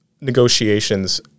negotiations